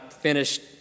finished